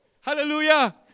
Hallelujah